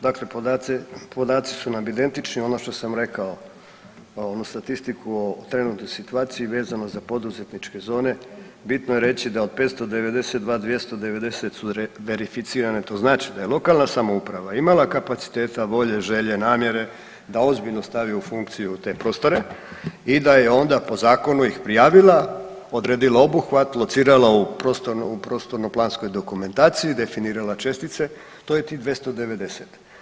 Dakle, podaci su nam identični, ono što sam rekao onu statistiku o trenutnoj situaciji vezano za poduzetničke zone bitno je reći da od 592, 290 verificirane to znači da je lokalna samouprava imala kapaciteta, volje, želje, namjere da ozbiljno stavi u funkciju te prostore i da je onda po zakonu ih prijavila, odredila obuhvat, locirala u prostorno, prostorno planskoj dokumentaciji i definirala čestice, to je tih 290.